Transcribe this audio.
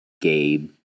Gabe